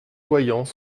voyants